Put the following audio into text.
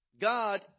God